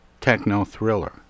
techno-thriller